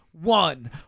one